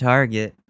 Target